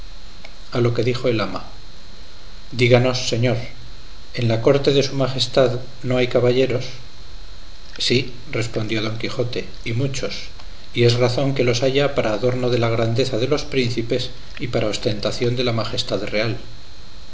a lo que dijo el ama díganos señor en la corte de su majestad no hay caballeros sí respondió don quijote y muchos y es razón que los haya para adorno de la grandeza de los príncipes y para ostentación de la majestad real